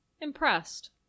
impressed